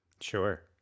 Sure